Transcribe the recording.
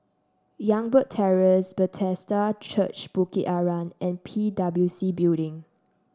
Youngberg Terrace Bethesda Church Bukit Arang and P W C Building